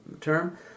term